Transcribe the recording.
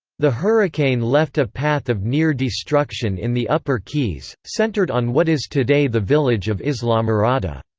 the hurricane left a path of near destruction in the upper keys, centered on what is today the village of islamorada.